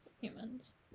humans